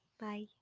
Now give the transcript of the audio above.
Bye